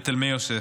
בתלמי יוסף,